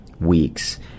weeks